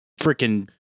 freaking